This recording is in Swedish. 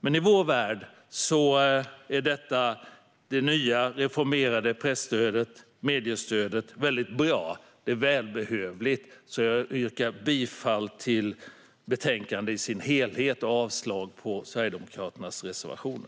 Men i vår värld är det nya reformerade mediestödet väldigt bra. Det är välbehövligt, så jag yrkar bifall till utskottets förslag i sin helhet och avslag på Sverigedemokraternas reservationer.